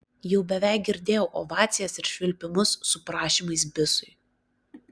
jau beveik girdėjau ovacijas ir švilpimus su prašymais bisui